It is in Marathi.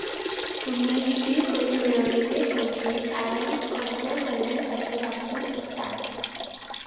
तुम्ही विक्री करून मिळवलेले पैसे तारण कर्ज भरण्यासाठी वापरू शकतास